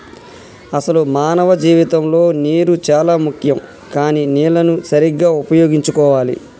అసలు మానవ జీవితంలో నీరు చానా ముఖ్యం కానీ నీళ్లన్ను సరీగ్గా ఉపయోగించుకోవాలి